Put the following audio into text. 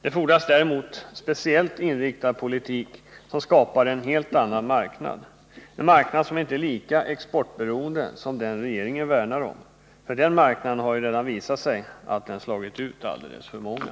Det fordras däremot en speciellt inriktad politik som skapar en helt annan marknad, en marknad som inte är lika exportberoende som den regeringen värnar om, för den marknaden har redan slagit ut alldeles för många.